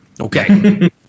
Okay